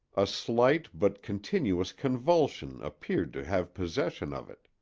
a slight but continuous convulsion appeared to have possession of it.